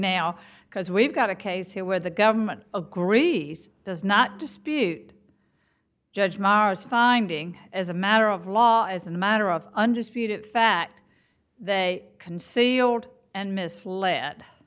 now because we've got a case here where the government agrees does not dispute judge maher's finding as a matter of law as a matter of undisputed fact they can see old and misled